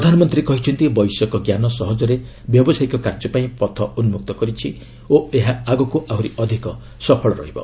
ପ୍ରଧାନମନ୍ତ୍ରୀ କହିଛନ୍ତି ବୈଷୟିକ ଜ୍ଞାନ ସହଜରେ ବ୍ୟବସାୟୀକ କାର୍ଯ୍ୟ ପାଇଁ ପଥ ଉନ୍କକ୍ତ କରିଛି ଓ ଏହା ଆଗକୁ ଆହୁରି ଅଧିକ ସଫଳ ରହିବ